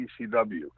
ECW